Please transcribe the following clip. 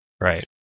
Right